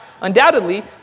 Undoubtedly